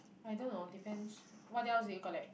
I don't know depends what else did you collect